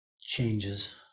changes